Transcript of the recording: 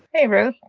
hey, ruth.